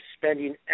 spending